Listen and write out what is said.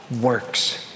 works